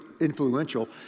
influential